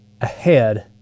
ahead